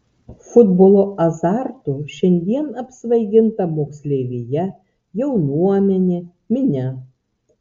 futbolo azartu šiandien apsvaiginta moksleivija jaunuomenė minia